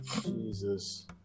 Jesus